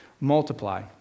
multiply